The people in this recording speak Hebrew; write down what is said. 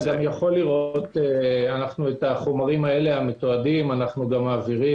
את החומרים האלה המתועדים אנחנו מעבירים,